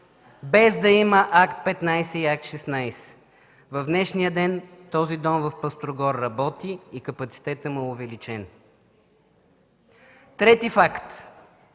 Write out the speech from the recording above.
без да има Акт 15, и Акт 16. В днешния ден домът в Пъстрогор работи и капацитетът му е увеличен. Трети факт: